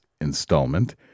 installment